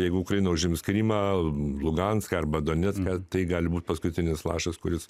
jeigu ukraina užims krymą luganską arba donecką tai gali būti paskutinis lašas kuris